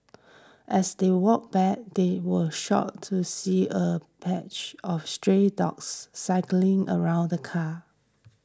as they walked back they were shocked to see a patch of stray dogs circling around the car